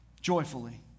joyfully